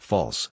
False